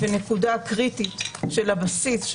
היא בנקודה קריטית של הבסיס,